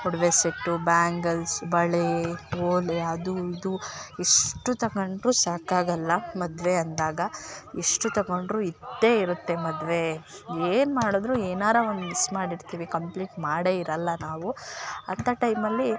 ಒಡವೆ set bangles ಬಳೆ ಓಲೆ ಅದು ಇದು ಎಷ್ಟು ತಗೊಂಡ್ರು ಸಾಕಾಗೋಲ್ಲ ಮದುವೆ ಅಂದಾಗ ಎಷ್ಟು ತಗೊಂಡ್ರು ಇದ್ದೇ ಇರುತ್ತೆ ಮದುವೆ ಏನು ಮಾಡಿದ್ರು ಏನಾರು ಒಂದು ಮಿಸ್ ಮಾಡಿರ್ತಿವಿ ಕಂಪ್ಲೀಟ್ ಮಾಡೇ ಇರೋಲ್ಲ ನಾವು ಅಂಥ ಟೈಮಲ್ಲಿ